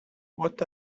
what